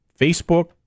Facebook